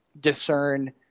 discern